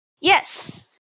Yes